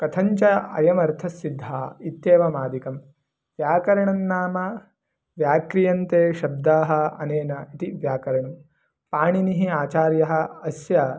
कथञ्च अयमर्थस्सिद्धः इत्येवमादिकं व्याकरणन्नाम व्याक्रियन्ते शब्दाः अनेन इति व्याकरणं पाणिनिः आचार्यः अस्य